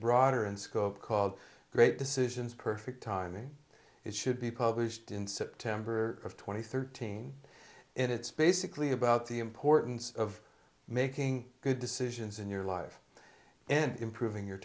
broader in scope called great decisions perfect timing it should be published in september of two thousand and thirteen and it's basically about the importance of making good decisions in your life and improving your